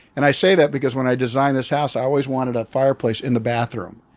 and i say that because when i designed this house, i always wanted a fireplace in the bathroom.